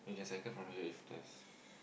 we can cycle from here if there's